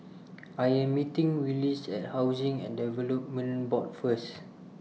I Am meeting Willis At Housing and Development Board First